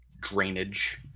drainage